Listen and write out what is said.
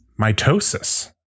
Mitosis